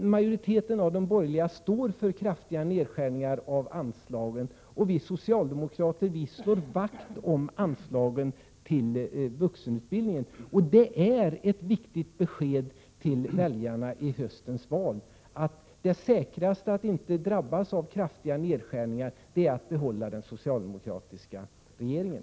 majoriteten av de borgerliga står för kraftiga nedskärningar av anslagen och att vi socialdemokrater slår vakt om anslagen till vuxenutbildningen. Det är ett viktigt besked till väljarna i höstens val, att det säkraste sättet att inte drabbas av kraftiga nedskärningar är att behålla den socialdemokratiska regeringen.